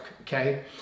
okay